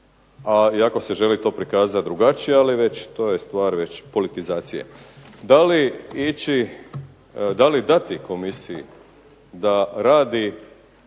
a iako se želi to prikazat drugačije, ali to je stvar već politizacije. Da li dati komisiji da pregleda